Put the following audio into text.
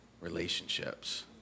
relationships